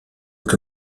que